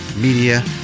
Media